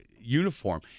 uniform